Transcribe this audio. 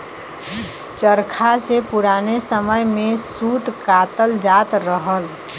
चरखा से पुराने समय में सूत कातल जात रहल